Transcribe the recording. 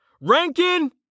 Rankin